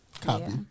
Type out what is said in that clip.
Copy